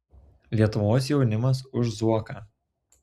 lietuvos jaunimas už zuoką